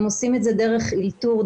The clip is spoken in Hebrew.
הם עושים את זה דרך אלתור,